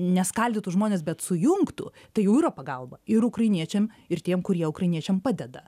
neskaldytų žmones bet sujungtų tai jau yra pagalba ir ukrainiečiam ir tiem kurie ukrainiečiam padeda